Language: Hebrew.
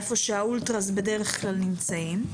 איפה שהאולטראס בדרך כלל נמצאים.